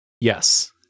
Yes